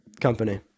company